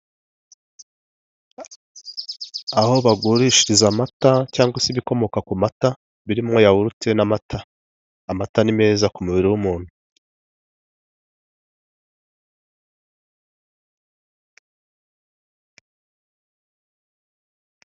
Aho bagurishiriza amata cyangwa se ibikomoka ku mata birimo yawurute n'amata, amata ni meza ku mubiri w'umuntu.